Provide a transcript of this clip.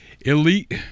elite